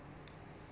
ya